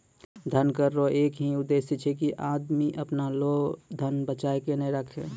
धन कर रो एक ही उद्देस छै की आदमी अपना लो धन बचाय के नै राखै